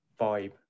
vibe